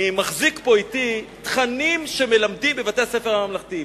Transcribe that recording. אני מחזיק אתי תכנים שמלמדים בבתי-הספר הממלכתיים.